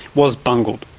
was bungled.